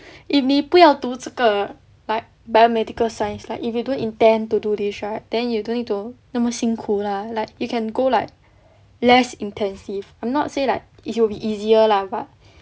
if 你不要读这个 like biomedical science like if you don't intend to do this right then you don't need to 那么辛苦 lah like you can go like less intensive I'm not say like it will be easier lah but